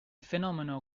fenomeno